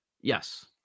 Yes